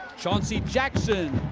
chauncey jackson.